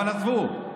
אבל עזבו,